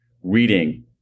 reading